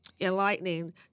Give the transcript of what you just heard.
enlightening